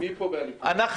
אנחנו